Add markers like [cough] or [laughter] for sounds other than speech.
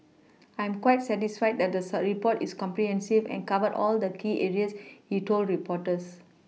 I'm quite satisfied that the [unintelligible] report is comprehensive and covered all the key areas he told reporters [noise]